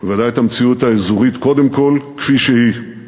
ודאי את המציאות האזורית קודם כול, כפי שהיא,